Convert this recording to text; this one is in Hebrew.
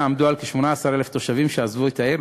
עמדו על כ-18,000 תושבים שעזבו את העיר,